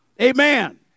Amen